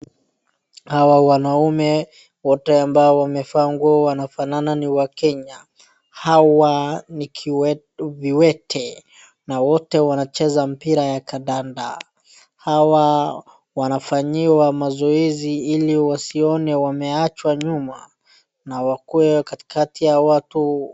Hawa wanaume wote ambao wamevaa nguo wanafanana ni wakenya. Hawa ni viwete na wote wanacheza mpira ya kandanda. Hawa wanafanyiwa mazoezi ili wasione wameachwa nyuma na wakuwe katikati ya watu.